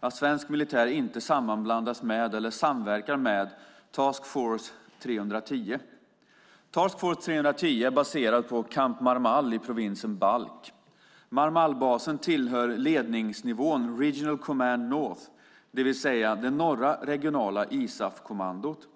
att svensk militär inte sammanblandas med eller samverkar med Task Force 3-10. Task Force 3-10, TF 3-10, är baserad på Camp Marmal i provinsen Balkh. Marmalbasen tillhör ledningsnivån Regional Command North, det vill säga det norra regionala ISAF-kommandot.